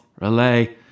Relay